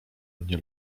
mnie